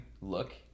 look